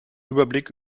überblick